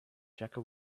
jaka